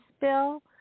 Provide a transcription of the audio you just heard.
bill